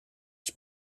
qui